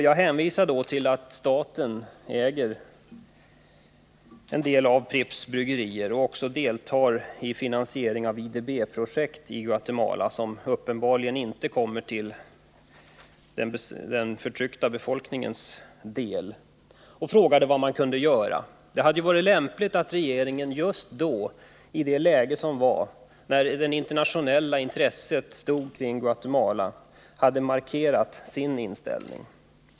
Jag hänvisade till att staten äger en del i Pripps bryggerier och deltar i finansiering av IDB-projekt i Guatemala, som uppenbarligen inte kommer den förtryckta befolkningen till del, och jag frågade vad man kunde göra. Det hade varit lämpligt att regeringen just i det läget, när det internatio 59 nella intresset riktades mot Guatemala, hade markerat sin inställning.